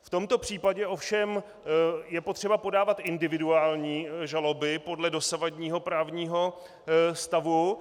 V tomto případě ovšem je potřeba podávat individuální žaloby podle dosavadního právního stavu.